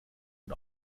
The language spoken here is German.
und